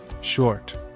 short